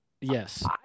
Yes